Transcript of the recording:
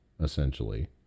essentially